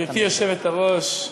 גברתי היושבת-ראש,